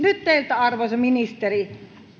arvoisa ministeri